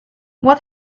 what